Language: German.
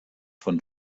von